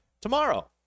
tomorrow